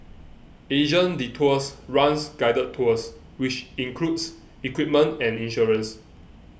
Asian Detours runs guided tours which includes equipment and insurance